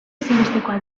ezinbestekoa